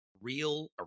real